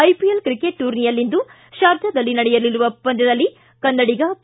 IPL ಟೂರ್ನಿಯಲ್ಲಿಂದು ಶಾರ್ಜಾದಲ್ಲಿ ನಡೆಯಲಿರುವ ಪಂದ್ನದಲ್ಲಿ ಕನ್ನಡಿಗ ಕೆ